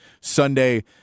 Sunday